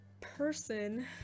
person